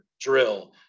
drill